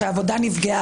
שבהם העבודה נפגעה.